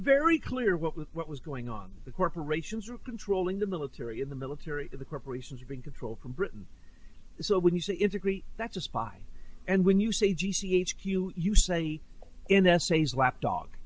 very clear what was what was going on the corporations were controlling the military in the military the corporations are in control from britain so when you say is agree that's a spy and when you say g c h q you say in essays lapdog